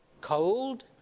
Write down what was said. cold